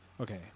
Okay